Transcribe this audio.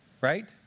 Right